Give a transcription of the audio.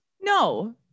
No